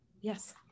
Yes